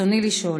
רצוני לשאול: